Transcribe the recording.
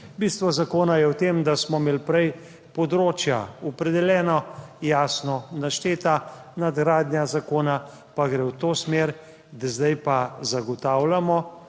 Bistvo zakona je v tem, da smo imeli prej področja opredeljeno jasno našteta nadgradnja, zakona pa gre v to smer, da zdaj pa zagotavljamo,